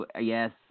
Yes